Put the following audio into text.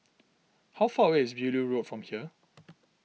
how far away is Beaulieu Road from here